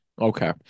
Okay